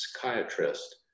psychiatrist